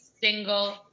single